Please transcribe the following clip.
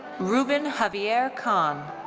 ruben javier conn.